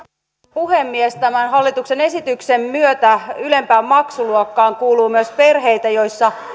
puhemies tämän hallituksen esityksen myötä ylempään maksuluokkaan kuuluu myös perheitä joissa